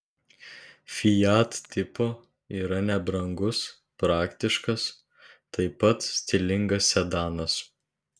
fiat tipo yra nebrangus praktiškas taip pat stilingas sedanas